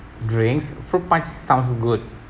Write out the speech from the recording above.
drinks fruit punch sounds good